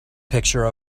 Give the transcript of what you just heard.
picture